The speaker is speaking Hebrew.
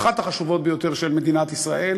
אחת החשובות ביותר של מדינת ישראל: